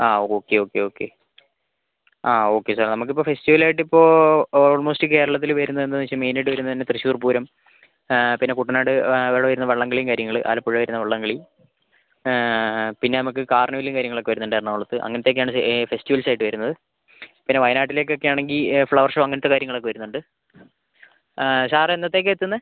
ആ okay okay okay ആ okay sir നമുക്കിപ്പോൾ ഫെസ്റ്റിവൽ ആയിട്ടിപ്പോൾ ഓൾമോസ്റ്റ് കേരളത്തിൽ വരുന്നതെന്താന്നു വെച്ചാൽ മെയിൻ ആയിട്ട് വരുന്നതെന്നുവെച്ചാൽ തൃശൂർ പൂരം പിന്നെ കുട്ടനാട് അവിടെവരുന്ന വള്ളംകളിയും കാര്യങ്ങൾ ആലപ്പുഴ വരുന്ന വള്ളംകളി പിന്നെ നമുക്ക് കാർണിവലും കാര്യങ്ങളൊക്കെ വരുന്നുണ്ട് എറണാകുളത്തു അങ്ങനത്തെയൊക്കെയാണ് ഫെസ്റ്റിവൽസ് ആയിട്ട് വരുന്നത് പിന്നെ വയനാട്ടിലേക്കൊക്കെ ആണെങ്കിൽ ഫ്ളവർ ഷോ അങ്ങനത്തെ കാര്യങ്ങളൊക്കെ വരുന്നുണ്ട് സാറെന്നത്തേയ്ക്കാ എത്തുന്നത്